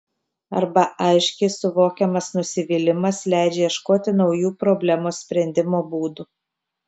arba aiškiai suvokiamas nusivylimas leidžia ieškoti naujų problemos sprendimo būdų